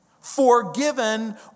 forgiven